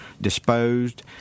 disposed